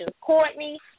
Courtney